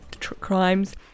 crimes